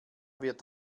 wird